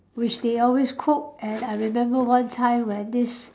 which they always cook and I remember one time when this